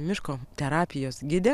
miško terapijos gidė